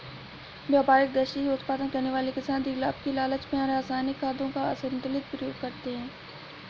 व्यापारिक दृष्टि से उत्पादन करने वाले किसान अधिक लाभ के लालच में रसायनिक खादों का असन्तुलित प्रयोग करते हैं